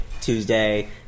Tuesday